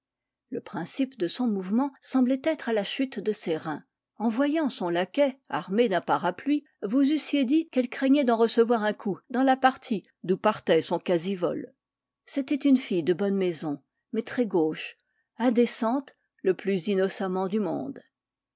le principe de son mouvement semblait être à la chute de ses reins en voyant son laquais armé d'un parapluie vous eussiez dit qu'elle craignait d'en recevoir un coup dans la partie d'où partait son quasi vol c'était une fille de bonne maison mais très gauche indécente le plus innocemment du monde